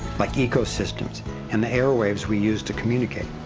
like ecosystems and the airwaves we use to communicate.